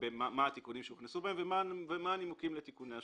מה התיקונים שהוכנסו בהם ומה הנימוקים לתיקוני השומה.